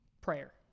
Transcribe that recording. Prayer